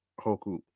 hoku